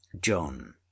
John